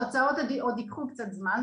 התוצאות עוד ייקחו קצת זמן.